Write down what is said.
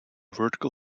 vertical